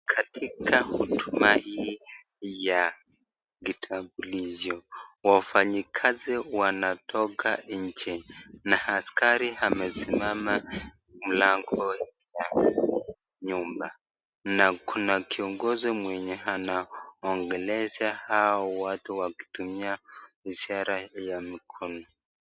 Katika huduma hii ya Kitambulisho, wafanyikazi wanatoka nje na askari amesimama mlangoni ya nyumba, na kuna kiongozi mwenye anaongelesha hao watu wakitumia ishara ya mikono.